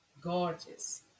gorgeous